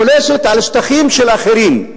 פולשת לשטחים של אחרים,